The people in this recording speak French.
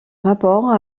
rapport